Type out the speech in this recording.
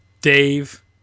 Dave